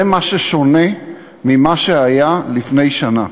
זה מה ששונה ממה שהיה לפני שנה.